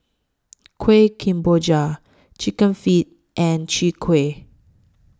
Kuih Kemboja Chicken Feet and Chwee Kueh